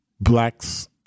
blacks